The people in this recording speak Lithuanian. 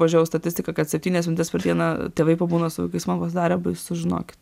pažiūrėjau statistiką kad septynias minutes per dieną tėvai pabūna su vaikais man pasidarė baisu žinokit